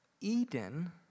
Eden